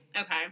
Okay